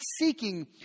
seeking